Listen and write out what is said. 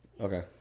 Okay